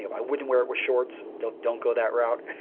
you know i wouldn't wear it with shorts. don't don't go that route.